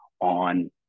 on